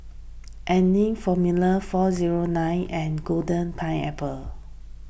Anlene formula four zero nine and Golden Pineapple